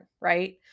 right